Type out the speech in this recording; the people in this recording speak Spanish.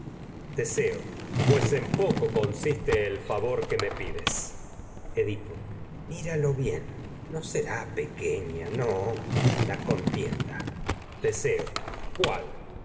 teseo pues en poco consiste el favor que me pides edipo míralo bien no será pequeña no la con tienda teseo cuál a